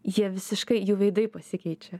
jie visiškai jų veidai pasikeičia